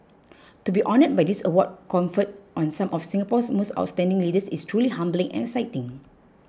to be honoured by this award conferred on some of Singapore's most outstanding leaders is truly humbling and exciting